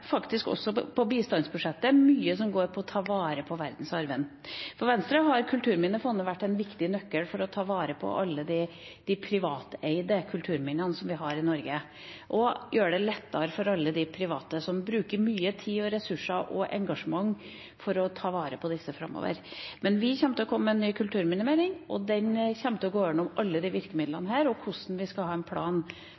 faktisk også på bistandsbudsjettet mye som går på å ta vare på verdensarven. For Venstre har Kulturminnefondet vært en viktig nøkkel for å ta vare på alle de privateide kulturminnene som vi har i Norge, og gjøre det lettere for alle de private som bruker mye tid, ressurser og engasjement for å ta vare på disse framover. Vi kommer til å komme med en ny kulturminnemelding, og den kommer til å gå igjennom alle disse virkemidlene og hvordan vi skal ha en plan for å ta vare på de